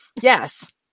Yes